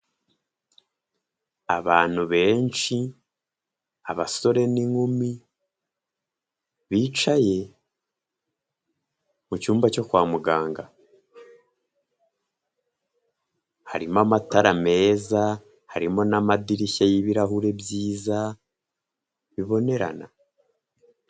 Abantu benshi abasore n'inkumi bicaye mu cyumba cyo kwa muganga harimo amatara meza harimo n'amadirishya y'ibirahure byiza bibonerana.